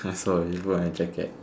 I saw if who hold your jacket